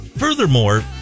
Furthermore